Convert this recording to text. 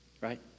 Right